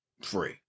free